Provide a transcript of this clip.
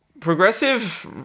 Progressive